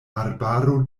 arbaro